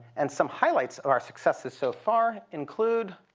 and some highlights of our successes so far include